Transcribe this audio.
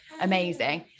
amazing